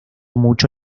mucho